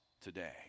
today